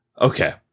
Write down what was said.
okay